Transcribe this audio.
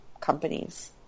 companies